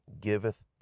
giveth